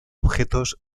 objetos